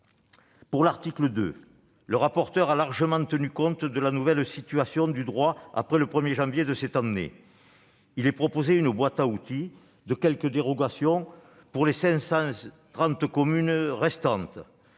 Pour l'article 2, le rapporteur a largement tenu compte de la nouvelle situation du droit après le 1 janvier de cette année. Il est proposé une boîte à outils de quelques dérogations pour les 530 communes restantes